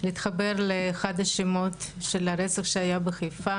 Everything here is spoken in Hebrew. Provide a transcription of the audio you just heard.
להתחבר לאחד השמות של הרצח היה בחיפה,